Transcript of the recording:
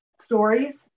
stories